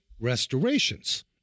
restorations